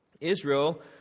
Israel